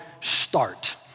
start